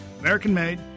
American-made